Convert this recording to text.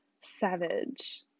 savage